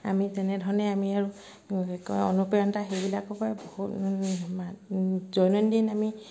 আমি তেনেধৰণে আমি আৰু কয় অনুপ্ৰেৰণা সেইবিলাকৰ পৰা বহুত দৈনন্দিন আমি